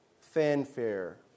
fanfare